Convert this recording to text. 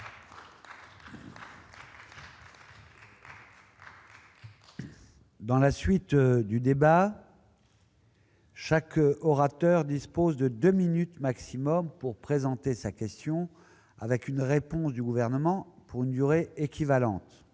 Je rappelle que chaque orateur dispose de deux minutes maximum pour présenter sa question, suivie d'une réponse du Gouvernement pour une durée équivalente.